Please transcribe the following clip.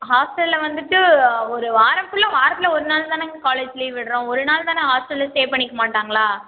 ஹாஸ்ட்டலில் வந்துட்டு ஒரு வாரம் ஃபுல்லா வாரத்தில் ஒரு நாள் தானங்க காலேஜ் லீவ் விட்டுறோம் ஒரு நாள் தான் ஹாஸ்ட்டலில் ஸ்டே பண்ணிக்க மாட்டாங்களா